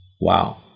Wow